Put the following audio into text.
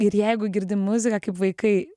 ir jeigu girdi muziką kaip vaikai